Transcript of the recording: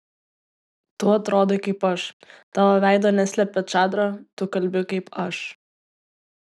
tu atrodai kaip aš tavo veido neslepia čadra tu kalbi kaip aš